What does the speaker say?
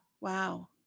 wow